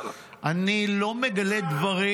אני לא מגלה דברים.